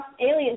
Alien